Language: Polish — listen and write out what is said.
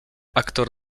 aktor